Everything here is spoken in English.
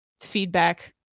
feedback